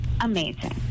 amazing